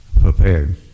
prepared